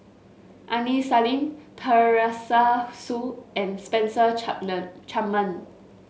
Aini Salim Teresa Hsu and Spencer Chapman